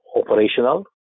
operational